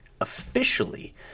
officially